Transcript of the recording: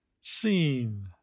seen